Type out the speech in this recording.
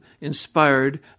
inspired